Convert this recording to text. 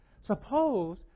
Suppose